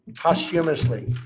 posthumously,